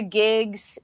gigs